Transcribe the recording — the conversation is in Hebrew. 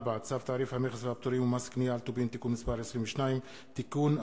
4. צו תעריף המכס והפטורים ומס קנייה על טובין (תיקון מס' 22) (תיקון),